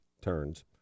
turns